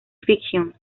fiction